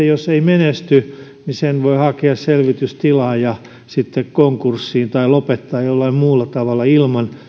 jos osakeyhtiö ei menesty niin sen voi hakea selvitystilaan ja sitten konkurssiin tai lopettaa jollain muulla tavalla ilman